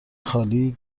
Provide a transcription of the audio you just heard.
خالی